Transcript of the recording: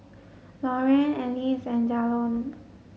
Lorraine Alyce and Jalon